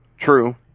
True